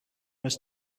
was